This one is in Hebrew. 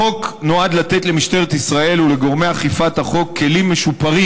החוק נועד לתת למשטרת ישראל ולגורמי אכיפת החוק כלים משופרים